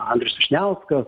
andrius vyšniauskas